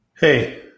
Hey